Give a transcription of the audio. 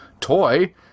toy